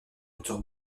moteur